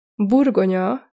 Burgonya